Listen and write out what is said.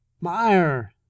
Meyer